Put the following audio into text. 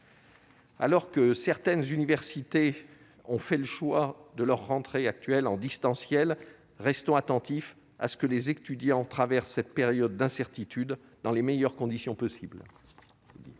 Alors que certaines universités ont choisi de faire cette rentrée en distanciel, restons attentifs à ce que les étudiants traversent cette période d'incertitude dans les meilleures conditions possible. La